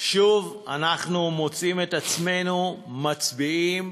שוב אנחנו מוצאים את עצמנו מצביעים